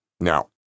Now